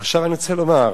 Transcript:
עכשיו אני רוצה לומר,